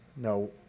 No